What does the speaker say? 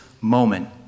moment